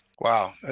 Wow